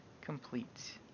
Complete